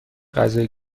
غذای